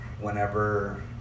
whenever